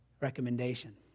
recommendation